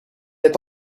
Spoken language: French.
êtes